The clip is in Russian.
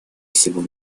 всего